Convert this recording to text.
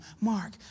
Mark